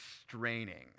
straining